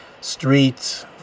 streets